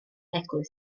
eglwys